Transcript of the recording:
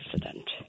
president